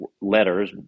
letters